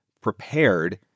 prepared